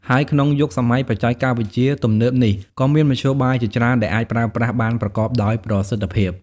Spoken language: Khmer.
ហើយក្នុងយុគសម័យបច្ចេកវិទ្យាទំនើបនេះ ក៏មានមធ្យោបាយជាច្រើនដែលអាចប្រើប្រាស់បានប្រកបដោយប្រសិទ្ធភាព។